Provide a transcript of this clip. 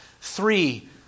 Three